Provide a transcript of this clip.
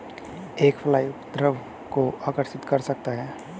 एक फ्लाई उपद्रव को आकर्षित कर सकता है?